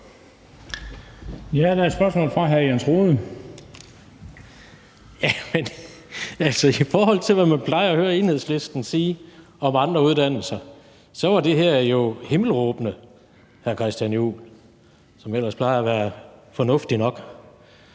Der er et spørgsmål fra hr. Jens Rohde. Kl. 14:48 Jens Rohde (KD): I forhold til hvad man plejer at høre Enhedslisten sige om andre uddannelser, var det jo himmelråbende, hr. Christian Juhl, som ellers plejer at være fornuftig nok.